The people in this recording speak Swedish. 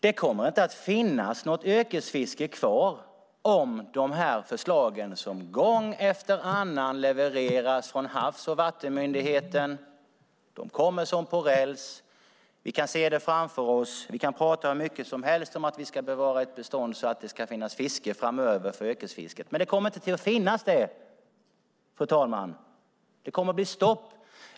Det kommer inte att finnas något yrkesfiske kvar om de här förslagen, som gång efter annan levereras från Havs och vattenmyndigheten och kommer som på räls, går igenom. Vi kan se det framför oss och vi kan prata hur mycket som helst om att vi ska bevara ett bestånd så att det ska finnas fiske framöver för yrkesfisket. Men det kommer det inte att finnas, fru talman. Det kommer att bli stopp.